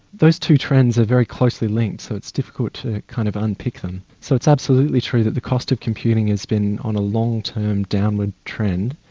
those two trends are very closely linked, so it's difficult to kind of unpick them. so it's absolutely true that the cost of computing has been on a long-term downward trend,